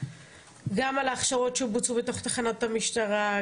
גם על ההכשרות שבוצעו בתוך תחנת המשטרה,